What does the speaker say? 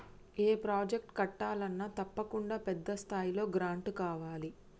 ఏ project కట్టాలన్నా తప్పకుండా పెద్ద స్థాయిలో గ్రాంటు కావాలి